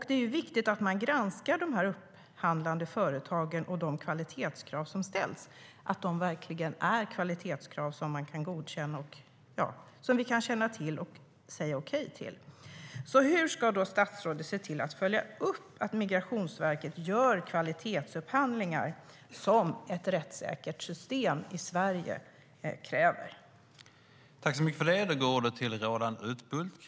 Det är viktigt att man granskar de upphandlande företagen och att de kvalitetskrav som ställs verkligen är kvalitetskrav som vi kan känna till och säga okej till.